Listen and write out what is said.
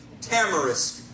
tamarisk